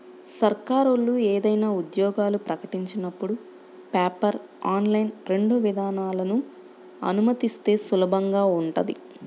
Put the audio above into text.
సర్కారోళ్ళు ఏదైనా ఉద్యోగాలు ప్రకటించినపుడు పేపర్, ఆన్లైన్ రెండు విధానాలనూ అనుమతిస్తే సులభంగా ఉంటది